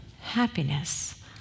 happiness